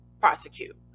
prosecute